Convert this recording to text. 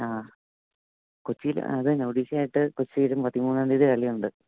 ആ കൊച്ചിയിൽ അതുതന്നെ ഒഡീഷയായിട്ട് കൊച്ചിയിൽ പതിമൂന്നാം തീയതി കളിയുണ്ട്